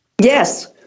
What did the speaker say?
Yes